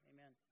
Amen